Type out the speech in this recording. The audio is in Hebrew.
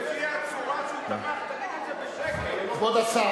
לפי הצורה שהוא תמך, תגיד את זה בשקט, לכן,